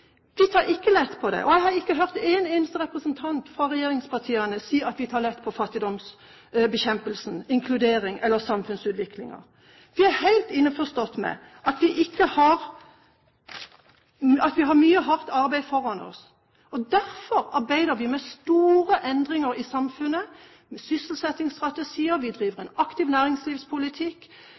vi tar lett på det. Vi tar ikke lett på det, og jeg har ikke hørt én eneste representant fra regjeringspartiene si at vi tar lett på fattigdomsbekjempelsen, inkludering eller samfunnsutviklingen. Vi er helt innforstått med at vi har mye hardt arbeid foran oss. Derfor arbeider vi med store endringer i samfunnet, med sysselsettingsstrategier, vi driver en aktiv næringslivspolitikk,